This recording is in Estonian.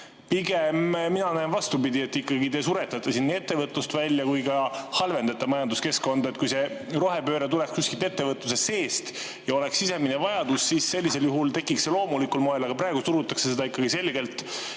siis mina näen seda pigem vastupidi: te suretate nii ettevõtlust välja kui ka halvendate majanduskeskkonda. Kui see rohepööre tuleks kuskilt ettevõtluse seest ja selleks oleks sisemine vajadus, siis sellisel juhul tekiks see loomulikul moel, aga praegu surutakse seda ikkagi selgelt